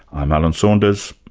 i'm alan saunders,